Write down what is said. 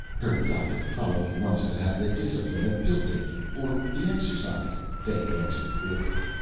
her doctor probably wants her to have the discipline of pill-taking or the exercise, fay answered glibly.